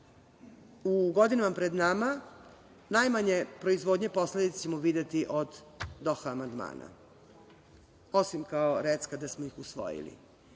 u godinama pred nama najmanje proizvodnje, posledice ćemo videti od Doha amandmana, osim kao recka da smo ih usvojili,